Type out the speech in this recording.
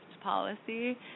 policy